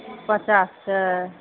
पचास छै